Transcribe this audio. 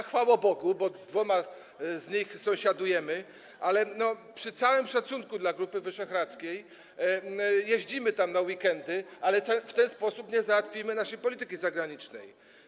Chwała Bogu, bo z dwoma z tych krajów sąsiadujemy, niemniej, przy całym szacunku dla Grupy Wyszehradzkiej, jeździmy tam na weekendy, ale w ten sposób nie załatwimy spraw naszej polityki zagranicznej.